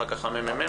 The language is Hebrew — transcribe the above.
אחר כך הממ"מ,